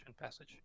passage